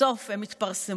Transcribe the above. בסוף הם יתפרסמו,